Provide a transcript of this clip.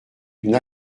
d’une